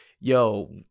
yo